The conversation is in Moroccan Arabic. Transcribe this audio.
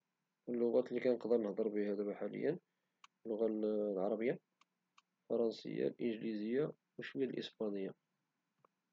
اللغات اللي كنقدر نهدر بها حاليا هي اللغة العربية الفرنسية الانجليزية او شوية د الاسبانية